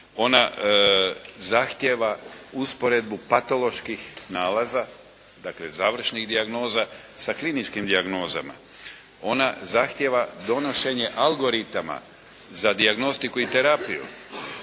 ona zahtjeva usporedbu patoloških nalaza dakle završnih dijagnoza sa kliničkim dijagnozama. Ona zahtjeva donošenje algoritama za dijagnostiku i terapiju.